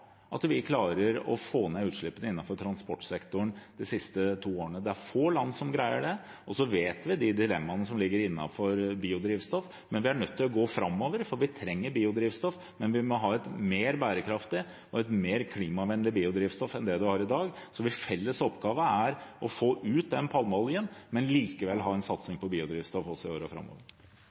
at vi har klart å få ned utslippene innenfor transportsektoren de siste to årene. Det er få land som greier det. Vi vet hvilke dilemmaer som ligger innenfor biodrivstoff, men vi er nødt til å gå framover, for vi trenger biodrivstoff. Men vi må ha et mer bærekraftig og mer klimavennlig biodrivstoff enn det vi har i dag. Vår felles oppgave er å få ut palmeoljen, men likevel ha en satsing på biodrivstoff også i årene framover.